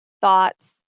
thoughts